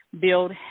build